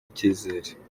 icyizere